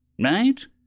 right